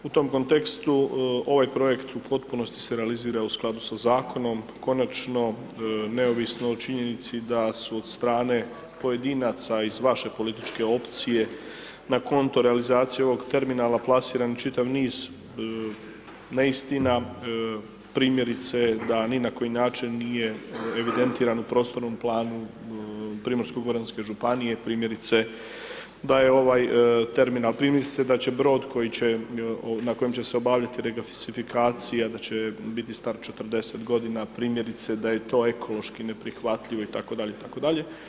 U tom kontekstu ovaj projekt u potpunosti se realizira u skladu da zakonom, konačno neovisno o činjenici da su od strane pojedinaca iz vaše političke opcije na konto realizacije ovog terminala plasiran čitav niz neistina, primjerice da ni na koji način nije evidentiran u prostornom planu Primorsko-goranske županije, primjerice da je ovaj terminal …/nerazumljivo/… da će brod koji će, na kojem će se obavljati …/nerazumljivo/… da će biti star 40 godina, primjerice da je to ekološki neprihvatljivo, itd., itd.